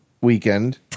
weekend